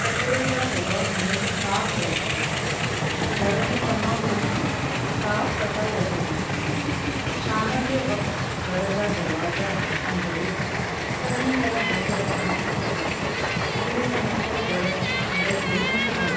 कचिरे जा दॿा हमेशा साफ़ु रखिजनि ऐं घर में तमामु घणी साफ़ सफ़ाई रखिजे शाम जे वक़्तु घर जा दरवाजा ऐं दरियूं चङीअ तरहि बंदि रखणु खपनि जीअं त मच्छर घर में अंदरु घिरी न सघनि